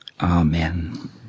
Amen